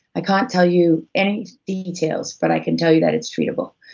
i can't tell you any details, but i can tell you that it's treatable.